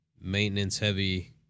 maintenance-heavy